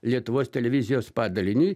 lietuvos televizijos padaliniui